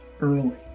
early